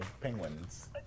penguins